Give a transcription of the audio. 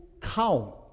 count